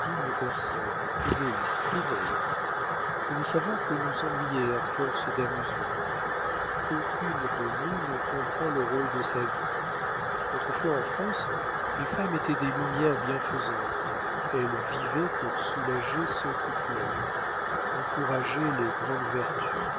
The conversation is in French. égoïstes frivoles nous ne savons que nous ennuyer à force d'amusements aucune de nous ne comprend le rôle de sa vie autrefois en france les femmes étaient des lumières bienfaisantes elles vivaient pour soulager ceux qui pleurent encourager les grandes vertus